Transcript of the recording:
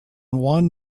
one